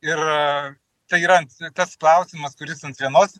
ir tai yra tas klausimas kuris ant vienos